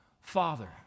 Father